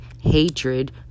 hatred